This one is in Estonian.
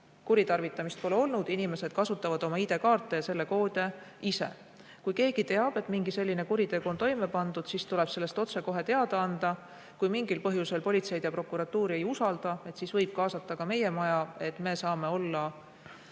kuritarvitamist pole olnud, inimesed kasutavad oma ID-kaarte ja selle koode ise. Kui keegi teab, et mingi selline kuritegu on toime pandud, siis tuleb sellest otsekohe teada anda. Kui mingil põhjusel politseid ja prokuratuuri ei usaldata, siis võib kaasata ka meie maja. Me saame olla